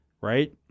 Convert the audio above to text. right